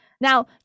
now